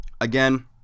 Again